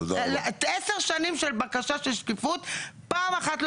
עשר שנים של בקשה של שקיפות פעם אחת לא